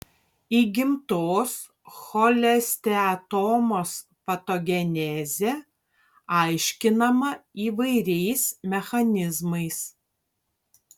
įgimtos cholesteatomos patogenezė aiškinama įvairiais mechanizmais